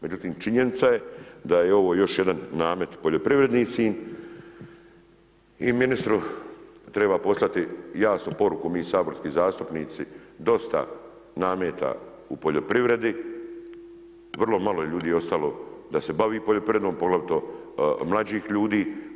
Međutim, činjenica je da je ovo još jedan namet poljoprivrednici i ministri treba poslati jasnu poruku, mi saborski zastupnici, dosta nameta u poljoprivredi, vrlo malo ljudi je ostalo da se bavi poljoprivredom, poglavito mlađih ljudi.